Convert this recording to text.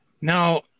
Now